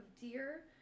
deer